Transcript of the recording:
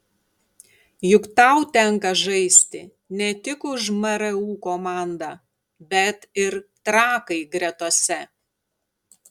juk tau tenka žaisti ne tik už mru komandą bet ir trakai gretose